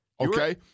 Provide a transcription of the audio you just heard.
Okay